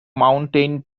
mountain